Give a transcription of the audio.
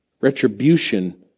retribution